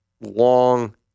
long